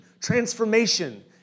transformation